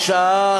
משעה,